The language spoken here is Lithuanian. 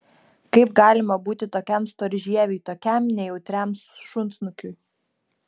kaip galima būti tokiam storžieviui tokiam nejautriam šunsnukiui